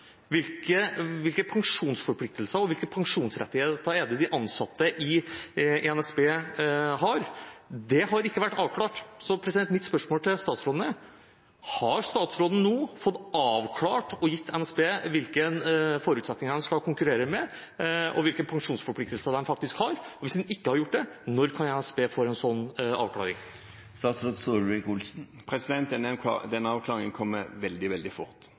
hvilke pensjonsforpliktelser og hvilke pensjonsrettigheter de ansatte i NSB har. Det har ikke vært avklart. Så mitt spørsmål til statsråden er: Har statsråden nå fått avklart og gitt NSB avklaring på hvilke forutsetninger de skal konkurrere, og hvilke pensjonsforpliktelser de faktisk har? Og hvis han ikke har gjort det, når kan NSB få en sånn avklaring? Den avklaringen kommer veldig, veldig fort,